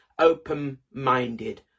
open-minded